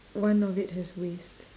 one of it has waste